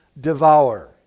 devour